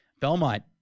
Belmont